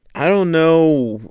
i don't know.